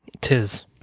Tis